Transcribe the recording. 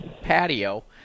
patio